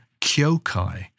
kyokai